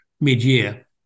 mid-year